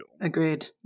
Agreed